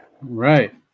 right